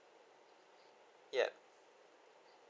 ya